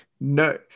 No